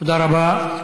תודה רבה.